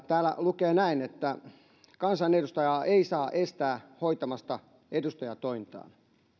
täällä lukee näin että kansanedustajaa ei saa estää hoitamasta edustajan tointaan